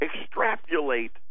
extrapolate